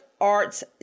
Arts